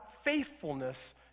faithfulness